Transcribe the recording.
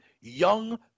young